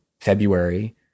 February